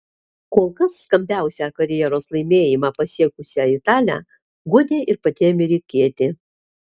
kol kas skambiausią karjeros laimėjimą pasiekusią italę guodė ir pati amerikietė